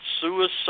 suicide